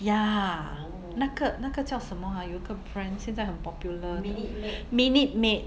ya 那个那个叫什么 ha 有一个 brand 现在很 popular 的 Minute Maid